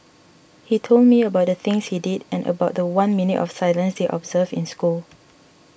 he told me about the things he did and about the one minute of silence they observed in school